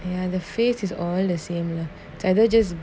and ya the face is all the same lah other just